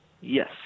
Yes